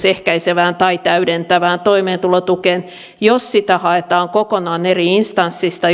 ehkäisevään tai täydentävään toimeentulotukeen jos sitä haetaan kokonaan eri instanssista